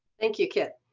thank you, kit.